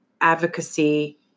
advocacy